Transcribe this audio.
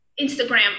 Instagram